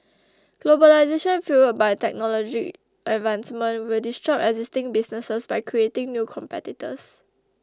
globalisation fuelled by technology advancement will disrupt existing businesses by creating new competitors